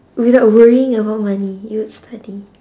without worrying about money you would study